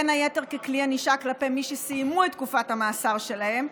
בין היתר ככלי ענישה כלפי מי שסיימו את תקופת המאסר שלהם,